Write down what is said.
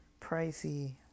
pricey